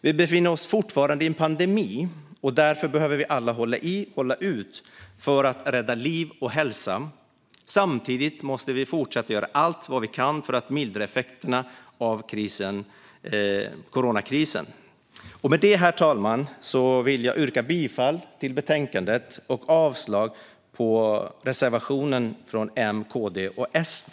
Vi befinner oss fortfarande i en pandemi, och därför behöver vi alla hålla i och hålla ut för att rädda liv och hälsa. Samtidigt måste vi göra allt vi kan för att mildra effekterna av krisen i coronapandemins spår. Med detta, herr talman, vill jag yrka bifall till utskottets förslag och avslag på reservationen från M, KD och SD.